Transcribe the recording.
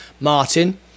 Martin